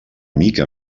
mica